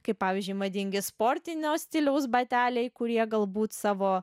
kaip pavyzdžiui madingi sportinio stiliaus bateliai kurie galbūt savo